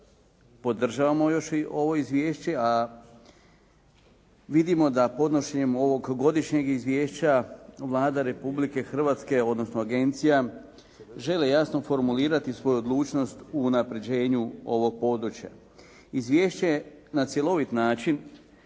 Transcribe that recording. podržavamo ovo izvješće, a vidimo da podnošenjem ovog godišnjeg izvješća Vlada Republike Hrvatske, odnosno agencija žele jasno formulirati svoju odlučnost u unapređenju ovog područja. Izvješće na cjelovit način